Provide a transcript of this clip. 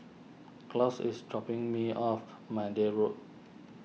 Claus is dropping me off Maude Road